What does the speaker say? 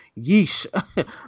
yeesh